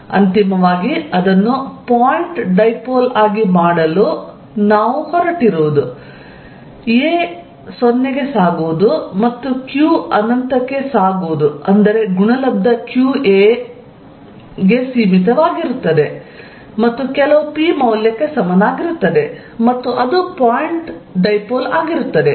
p2qaz ಅಂತಿಮವಾಗಿ ಅದನ್ನು point dipole ಆಗಿ ಮಾಡಲು ನಾವು ಮಾಡಲು ಹೊರಟಿರುವುದು 'a 0 ಗೆ ಸಾಗುವುದು' ಮತ್ತು 'q ಅನಂತಕ್ಕೆ ∞ ಸಾಗುವುದು' ಅಂದರೆ ಗುಣಲಬ್ಧ qa ಗೆ ಸೀಮಿತವಾಗಿರುತ್ತದೆ ಮತ್ತು ಕೆಲವು p ಮೌಲ್ಯಕ್ಕೆ ಸಮನಾಗಿರುತ್ತದೆ ಮತ್ತು ಅದು ಪಾಯಿಂಟ್ ಡೈಪೋಲ್ ಆಗಿರುತ್ತದೆ